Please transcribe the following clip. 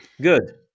good